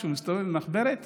שמסתובב עם מחברת